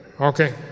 Okay